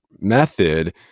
method